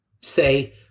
say